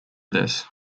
this